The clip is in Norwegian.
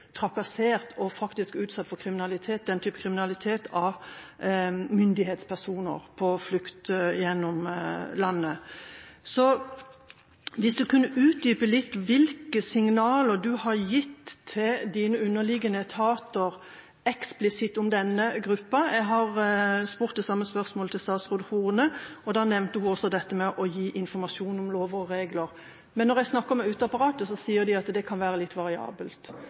trakassert og faktisk utsatt for denne type kriminalitet av myndighetspersoner på flukt gjennom landet. Så hvis du kunne utdype litt hvilke signaler du har gitt til dine underliggende etater eksplisitt om denne gruppen? Jeg har stilt det samme spørsmålet til statsråd Horne, og da nevnte hun også dette med å gi informasjon om lover og regler, men når jeg snakker med uteapparatet, sier de at det kan være litt variabelt